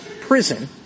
prison